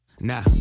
Nah